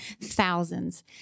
thousands